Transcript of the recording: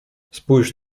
spójrz